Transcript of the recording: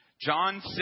John